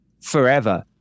forever